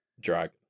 dragon